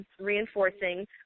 reinforcing